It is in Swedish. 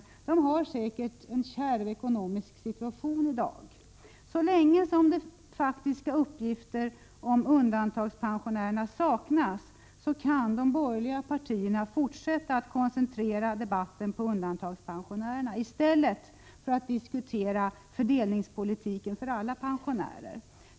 Säkert har de en kärv ekonomisk situation i dag. Så länge tillförlitliga uppgifter om undantagandepensionärerna saknas kan de borgerliga partierna fortsätta att koncentrera debatten på undantagandepensionärerna i stället för att diskutera fördelningspolitiken när det gäller alla pensionärer.